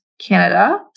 Canada